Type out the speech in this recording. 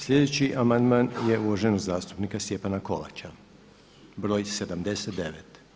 Sljedeći amandman je uvaženog zastupnika Stjepana Kovača broj 79.